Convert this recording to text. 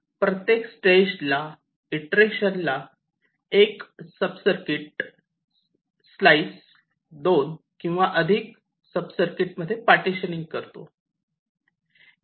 प्रत्येक स्टेजला इटरेशनला 1 सब सर्किट स्लाईस दोन किंवा अधिक सब सर्किट मध्ये पार्टीशनिंग करतो